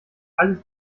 alles